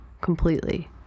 completely